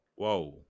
Whoa